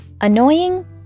Annoying